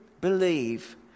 believe